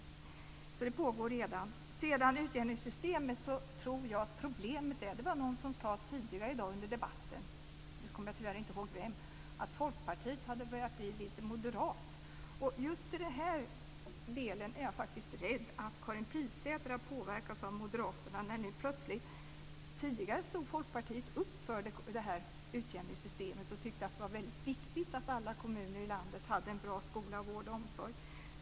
Arbetet pågår redan. Sedan var det frågan om utjämningssystemet. Det var någon som sade tidigare i dag i debatten - nu kommer jag tyvärr inte ihåg vem - att Folkpartiet har börjat att bli lite moderat. Just i den här delen är jag rädd att Karin Pilsäter har påverkats av moderaterna. Tidigare stod Folkpartiet upp för utjämningssystemet och tyckte att det var viktigt att alla kommuner i landet hade en bra skola, vård och omsorg.